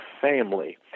family